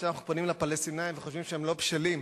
כשאנחנו פונים לפלסטינים וחושבים שהם לא בשלים,